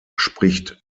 spricht